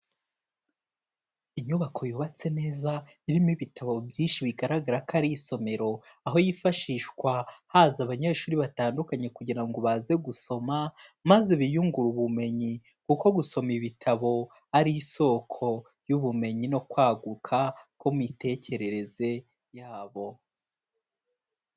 Inyubako yubatse neza irimo ibitabo byinshi bigaragara ko ari isomero, aho yifashishwa haza abanyeshuri batandukanye kugira ngo baze gusoma maze biyungure ubumenyi kuko gusoma ibitabo ari isoko y'ubumenyi no kwaguka kw'imitekerereze yabo.